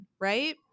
right